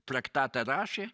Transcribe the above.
traktatą rašė